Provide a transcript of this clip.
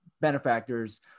benefactors